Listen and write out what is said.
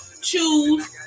choose